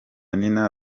nina